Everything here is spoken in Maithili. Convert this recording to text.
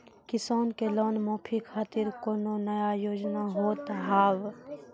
किसान के लोन माफी खातिर कोनो नया योजना होत हाव?